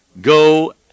go